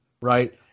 right